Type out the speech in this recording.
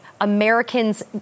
Americans